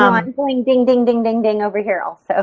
um i'm going ding, ding, ding, ding, ding over here also.